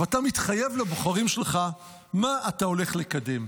ואתה מתחייב לבוחרים שלך מה אתה הולך לקדם.